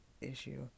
issue